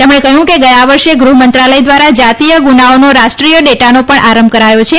તેમણે કહ્યું કે ગયા વર્ષે ગૃહમંત્રાલય દ્વારા જાતિય ગુનાઓનો રાષ્ટ્રીય ડેટાનો પણ આરંભ કરાયો છે